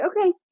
okay